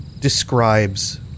describes